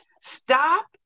Stop